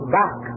back